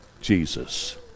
Jesus